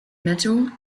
metal